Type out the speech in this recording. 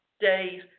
days